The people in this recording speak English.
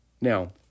Now